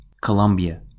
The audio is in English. Colombia